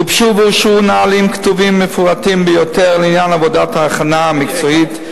גובשו ואושרו נהלים כתובים מפורטים ביותר לעניין עבודת ההכנה המקצועית,